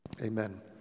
Amen